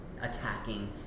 attacking